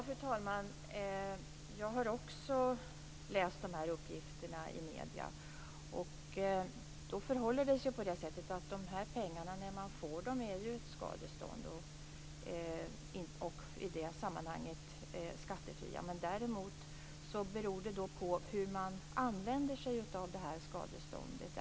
Fru talman! Jag har också sett dessa uppgifter i medierna. Det förhåller sig så att dessa pengar är ett skadestånd, och de är i det sammanhanget skattefria. Sedan beror det på hur man använder sig av skadeståndet.